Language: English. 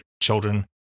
children